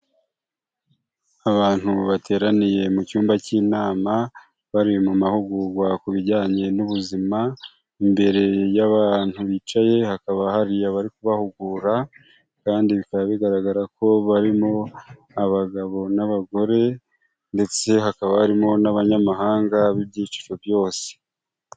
Abantu bateraniye mu cyumba cy'inama, bari mu mahugurwa ku bijyanye n'ubuzima, imbere y'abantu bicaye, hakaba hari abari kubahugura kandi bikaba bigaragara ko barimo abagabo n'abagore, ndetse hakaba harimo n'abanyamahanga b'ibyiciro byose.